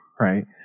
right